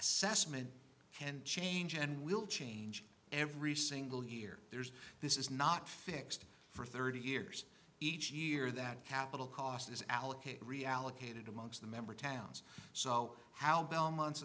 assessment can change and will change every single year there's this is not fixed for thirty years each year that capital cost is allocate reallocated amongst the member towns so how belmont